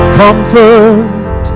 comfort